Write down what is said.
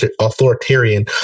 authoritarian